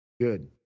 Good